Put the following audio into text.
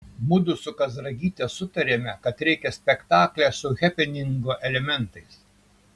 mudu su kazragyte sutarėme kad reikia spektaklio su hepeningo elementais